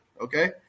okay